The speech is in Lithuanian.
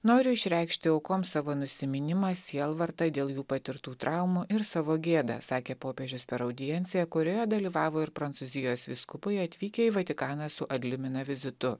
noriu išreikšti aukoms savo nusiminimą sielvartą dėl jų patirtų traumų ir savo gėdą sakė popiežius per audienciją kurioje dalyvavo ir prancūzijos vyskupai atvykę į vatikaną su adliumina vizitu